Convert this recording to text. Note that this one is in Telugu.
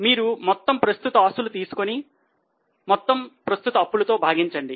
మీరు మొత్తము ప్రస్తుత ఆస్తులు తీసుకొని మొత్తము ప్రస్తుత అప్పులతో భాగించండి